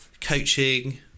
coaching